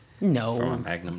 No